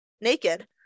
naked